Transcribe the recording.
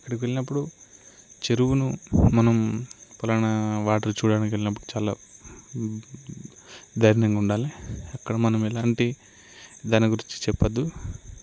అక్కడకి వెళ్ళినప్పుడు చెరువును మనం పలాన వాటిని చూడటానికి వెళ్ళినప్పుడు చాలా ధైర్యంగా ఉండాలి అక్కడ మనం ఎలాంటి దాని గురించి చెప్పవద్దు